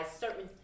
certain